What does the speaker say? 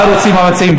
מה רוצים המציעים?